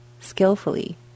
skillfully